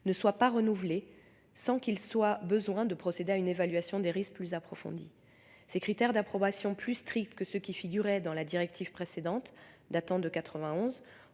ne soit pas renouvelée, sans qu'il soit besoin de procéder à une évaluation des risques plus approfondie. Ces critères d'approbation plus stricts que ceux qui figuraient dans la directive précédente, datant de 1991,